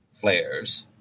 flares